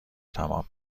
تمام